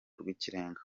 rw’ikirenga